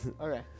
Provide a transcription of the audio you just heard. Okay